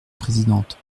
présidente